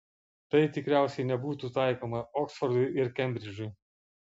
tai tikriausiai nebūtų taikoma oksfordui ir kembridžui